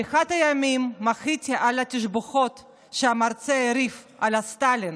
באחד הימים מחיתי על התשבחות שהמרצה העריף על סטלין,